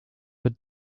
but